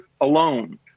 alone